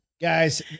guys